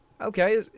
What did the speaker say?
okay